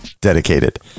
dedicated